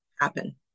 happen